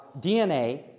DNA